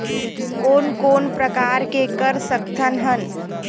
कोन कोन प्रकार के कर सकथ हन?